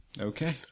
Okay